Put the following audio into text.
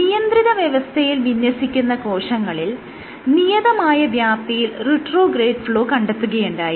നിയന്ത്രിത വ്യവസ്ഥയിൽ വിന്യസിക്കുന്ന കോശങ്ങളിൽ നിയതമായ വ്യാപ്തിയിൽ റിട്രോഗ്രേഡ് ഫ്ലോ കണ്ടെത്തുകയുണ്ടായി